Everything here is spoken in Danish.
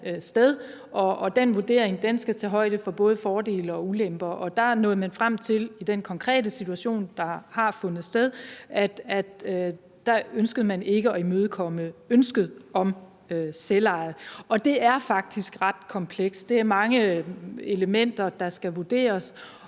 og den vurdering skal tage højde for både fordele og ulemper. Der er man nået frem til i den konkrete situation, der har fundet sted, at man ikke ønskede at imødekomme ønsket om selveje. Det er faktisk ret komplekst. Der er mange elementer, der skal vurderes,